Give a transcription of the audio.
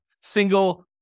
single